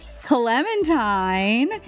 clementine